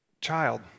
child